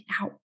out